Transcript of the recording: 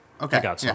okay